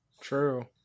True